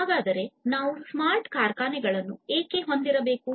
ಹಾಗಾದರೆ ನಾವು ಸ್ಮಾರ್ಟ್ ಕಾರ್ಖಾನೆಗಳನ್ನು ಏಕೆ ಹೊಂದಿರಬೇಕು